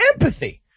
empathy